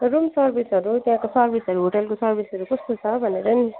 room सर्भिसहरू त्यहाँको सर्भिसहरू होटलको सर्भिसहरू कस्तो छ भनेर नि